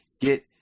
get